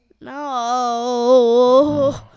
no